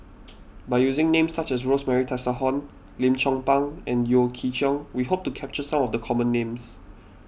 by using names such as Rosemary Tessensohn Lim Chong Pang and Yeo Chee Kiong we hope to capture some of the common names